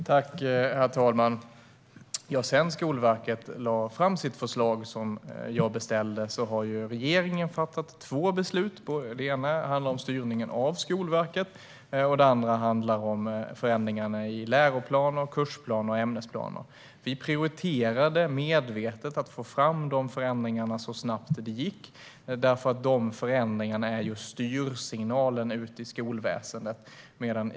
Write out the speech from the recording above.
Herr talman! Sedan Skolverket lade fram sitt förslag, som jag beställde, har regeringen fattat två beslut. Det ena handlar om styrningen av Skolverket, och det andra handlar om förändringarna i läroplaner, kursplaner och ämnesplaner. Vi prioriterade medvetet att få fram dessa förändringar så snabbt som det gick, eftersom dessa förändringar är styrsignalen ut till skolväsendet.